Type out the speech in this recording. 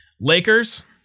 Lakers